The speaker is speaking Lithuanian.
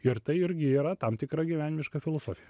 ir tai irgi yra tam tikra gyvenimiška filosofija